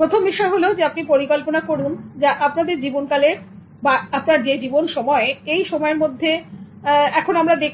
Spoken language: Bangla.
প্রথম বিষয় হলো আপনি পরিকল্পনা করুন আপনার জীবনকালের এখন আমাদের